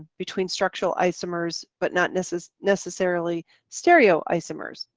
between structural isomers but not necessarily necessarily stereo isomers,